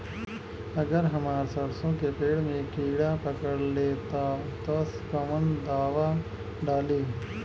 अगर हमार सरसो के पेड़ में किड़ा पकड़ ले ता तऽ कवन दावा डालि?